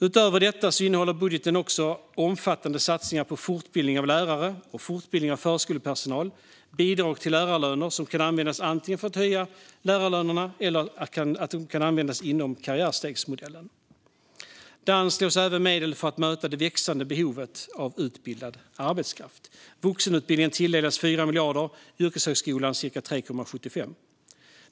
Utöver detta innehåller budgeten också omfattande satsningar på fortbildning av lärare och förskolepersonal samt bidrag till lärarlöner som kan användas antingen för att höja lärarlönerna eller inom karriärstegsmodellen. Det anslås även medel för att möta det växande behovet av utbildad arbetskraft. Vuxenutbildningen tilldelas därför 4 miljarder och yrkeshögskolan cirka 3,75 miljarder.